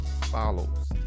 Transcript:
follows